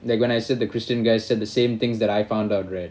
like when I said the christian guys said the same things that I found out right